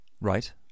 Right